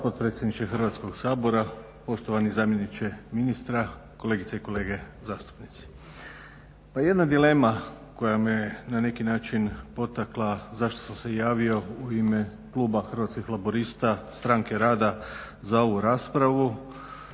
Hrvatskog sabra, poštovani zamjeniče ministra, kolegice i kolege zastupnici. Pa jedna dilema koja me na neki način potakla zašto sam se javio u ime kluba Hrvatskih laburista – stranke rada za ovu raspravu